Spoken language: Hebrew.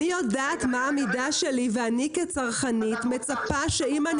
אני יודעת מה המידה שלי ואני כצרכנית מצפה שאם אני